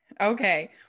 okay